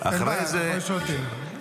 זו לא מסיבת עיתונאים.